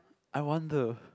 I want the